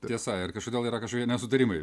tiesa ir kažkodėl yra kažkokie nesutarimai